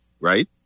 right